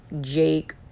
Jake